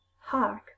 hark